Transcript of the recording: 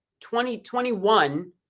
2021